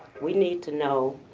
we need to know.